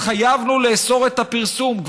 התחייבנו לאסור את הפרסום.